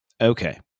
Okay